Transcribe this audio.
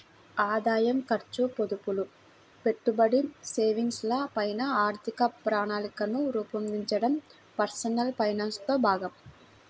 ఆదాయం, ఖర్చు, పొదుపులు, పెట్టుబడి, సేవింగ్స్ ల పైన ఆర్థిక ప్రణాళికను రూపొందించడం పర్సనల్ ఫైనాన్స్ లో భాగం